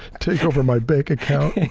take over my bank account.